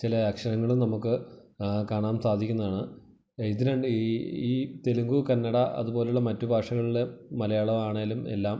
ചില അക്ഷരങ്ങളും നമുക്ക് കാണാൻ സാധിക്കുന്നതാണ് ഇത് രണ്ടും ഈ തെലുങ്കു കന്നഡ അതുപോലുള്ള മറ്റ് ഭാഷകളില് മലയാളം ആണെങ്കിലും എല്ലാം